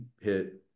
hit